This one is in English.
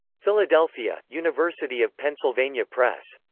philadelphia university of pennsylvania press.